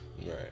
Right